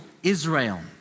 Israel